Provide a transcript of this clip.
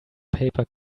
paper